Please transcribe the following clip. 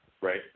right